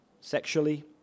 sexually